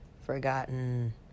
forgotten